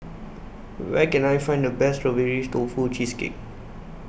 Where Can I Find The Best Strawberry Tofu Cheesecake